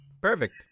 Perfect